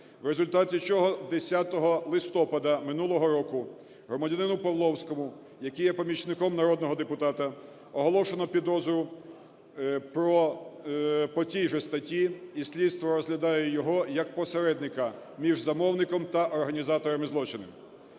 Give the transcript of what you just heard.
в результаті чого 10 листопада минулого року громадянину Павловському, який є помічником народного депутата, оголошено підозру по цій же статті, і слідство розглядає його як посередника між замовником та організаторами злочину.